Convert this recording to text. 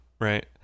right